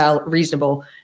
reasonable